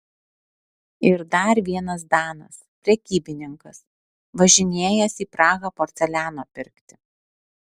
ir dar vienas danas prekybininkas važinėjęs į prahą porceliano pirkti